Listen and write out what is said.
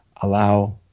allow